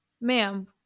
Ma'am